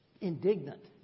indignant